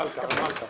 מלכה